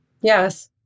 Yes